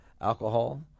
alcohol